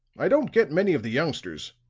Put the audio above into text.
i don't get many of the youngsters.